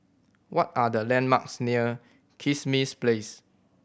what are the landmarks near Kismis Place